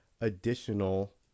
additional